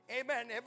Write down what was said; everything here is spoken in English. Amen